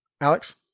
Alex